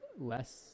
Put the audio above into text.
less